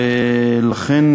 ולכן